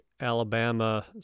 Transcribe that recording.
Alabama